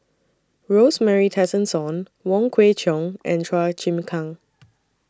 Rosemary Tessensohn Wong Kwei Cheong and Chua Chim Kang